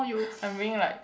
I'm being like